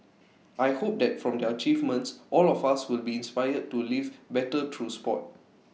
I hope that from their achievements all of us will be inspired to live better through Sport